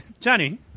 Johnny